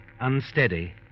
unsteady